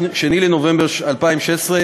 2 בנובמבר 2016,